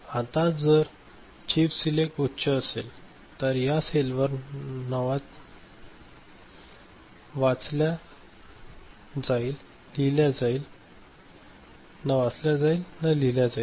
आता जर chip select उच्च असेल तर या सेलवर नवाचल्या जाईल लिहिल्या जाईल